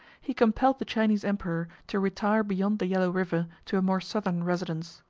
he compelled the chinese emperor to retire beyond the yellow river to a more southern residence.